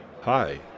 Hi